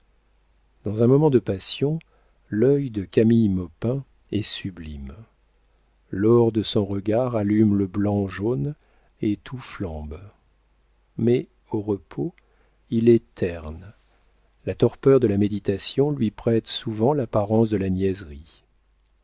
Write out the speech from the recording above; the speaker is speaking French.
dans un moment de passion l'œil de camille maupin est sublime l'or de son regard allume le blanc jaune et tout flambe mais au repos il est terne la torpeur de la méditation lui prête souvent l'apparence de la